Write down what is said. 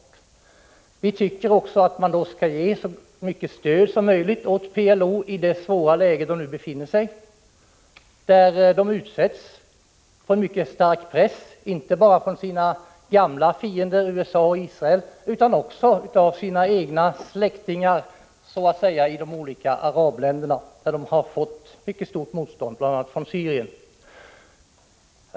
Enligt vår mening bör man därför ge PLO så mycket stöd som möjligt i det svåra läge organisationen nu befinner sig i. PLO utsätts inte bara för en mycket stark press från sina gamla fiender, USA och Israel, utan organisationen har också fått mycket stort motstånd från sina egna ”släktingar” i de olika arabländerna, bl.a. Syrien.